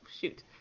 Shoot